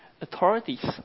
authorities